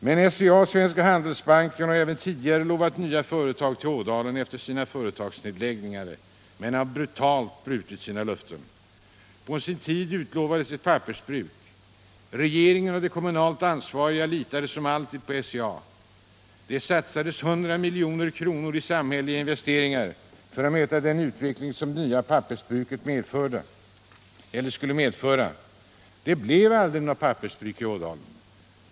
SCA och Svenska Handelsbanken har även tidigare lovat nya företag till Ådalen efter sina företagsnedläggningar men har brutalt brutit sina löften. På sin tid utlovades ett pappersbruk. Regeringen och de kommunalt ansvariga litade som alltid på SCA. Det satsades 100 milj.kr. i samhälleliga investeringar för att möta den utveckling som det nya pappersbruket skulle medföra. Det blev aldrig något pappersbruk i Ådalen.